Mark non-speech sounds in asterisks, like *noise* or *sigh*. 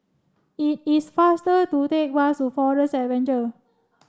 it is faster to take bus to Forest Seven *unintelligible*